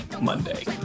Monday